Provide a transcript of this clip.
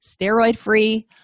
steroid-free